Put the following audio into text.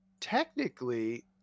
technically